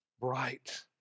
bright